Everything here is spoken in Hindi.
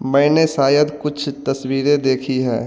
मैंने शायद कुछ तस्वीरें देखी हैं